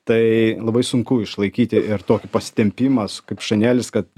tai labai sunku išlaikyti ir tokį pasitempimas kaip šanelis kad